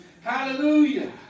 Hallelujah